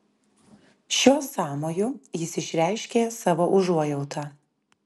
šiuo sąmoju jis išreiškė savo užuojautą